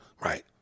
Right